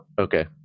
okay